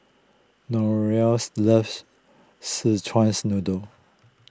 loves Szechuan's Noodle